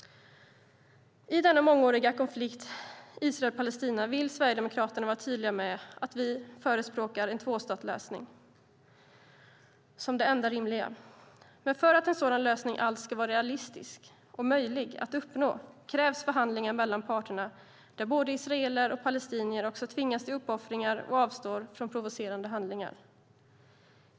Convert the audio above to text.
I denna mångåriga konflikt, Israel-Palestina, vill Sverigedemokraterna vara tydliga med att vi förespråkar en tvåstatslösning som det enda rimliga. Men för att en sådan lösning alls ska vara realistisk och möjlig att uppnå krävs förhandlingar mellan parterna där både israeler och palestinier tvingas till uppoffringar och avstår från provocerande handlingar.